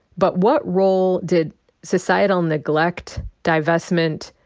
but what role did societal neglect, divestment,